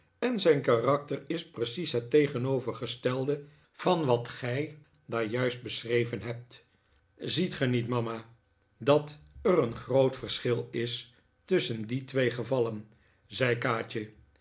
en zijn karakter is precies het tegenovergestelde van wat gij daar juist beschreven hebt ziet ge niet mama dat er een groot verschil is tusschen die twee gevallen zei kaatje